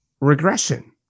regression